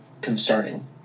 concerning